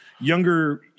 younger